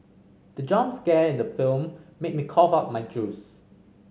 the jump scare in the film made me cough out my juice